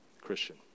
Christian